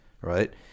right